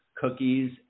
cookies